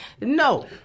No